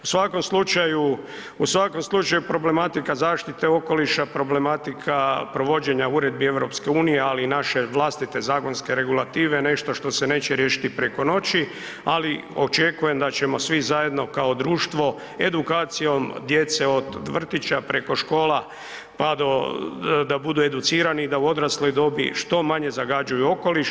U svakom slučaju, u svakom slučaju problematika zaštite okoliša, problematika provođenja Uredbi EU, ali i naše vlastite zakonske regulative je nešto što se neće riješiti preko noći, ali očekujem da ćemo svi zajedno kao društvo edukacijom djece od vrtića preko škola, pa do, da budu educirani i da u odrasloj dobi što manje zagađuju okoliš.